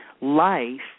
life